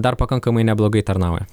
dar pakankamai neblogai tarnauja